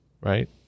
right